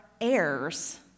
heirs